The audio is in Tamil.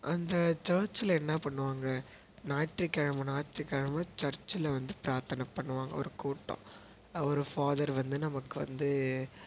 அந்த சர்ச்சில் என்ன பண்ணுவாங்க ஞாயிற்று கிழம ஞாயிற்று கிழம சர்ச்சில் வந்து பிரார்த்தனை பண்ணுவாங்க ஒரு கூட்டம் அவர் ஃபாதர் வந்து நமக்கு வந்து